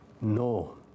No